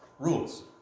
Rules